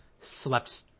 slept